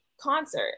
concert